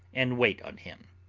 and wait on him.